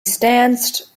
stands